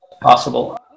possible